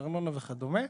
ארנונה וכדומה.